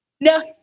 No